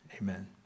amen